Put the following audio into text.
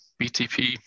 BTP